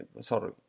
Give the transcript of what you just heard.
sorry